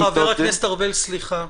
חבר הכנסת ארבל, סליחה.